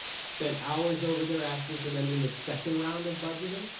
spent hours over there asking for them in the second round of budgeting.